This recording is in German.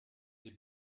sie